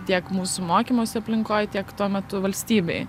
tiek mūsų mokymosi aplinkoj tiek tuo metu valstybėj